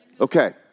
Okay